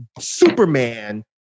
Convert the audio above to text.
Superman